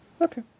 Okay